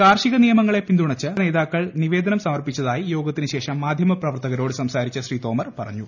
കാർഷിക നിയമങ്ങളെ പിന്തുണച്ച് കർഷക നേതാക്കൂൾ നിവേദനം സമർപ്പിച്ചതായി യോഗത്തിന് ശേഷം മാധ്യമപ്രവർത്ത്കിരോട് സംസാരിച്ച ശ്രീ തോമർ പറഞ്ഞു